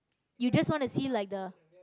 you just want to see like the